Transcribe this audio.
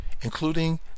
including